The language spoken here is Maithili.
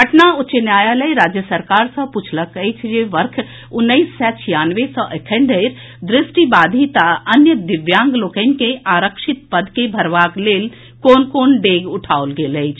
पटना उच्च न्यायालय राज्य सरकार सॅ पूछलक अछि जे वर्ष उन्नैस सय छियानवे सॅ एखन धरि द्रष्टि बाधित आ अन्य दिव्यांग लोकनि के आरक्षित पद के भरबाक लेल कोन कोन डेग उठाओल गेल अछि